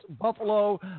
Buffalo